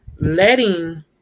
letting